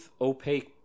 opaque